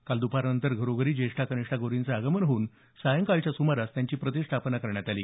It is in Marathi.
काल दपारनंतर घरोघरी ज्येष्ठा कनिष्ठा गौरींचं आगमन होऊन सायंकाळच्या सुमारास त्यांची प्रतिष्ठापना करण्यात आली